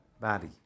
body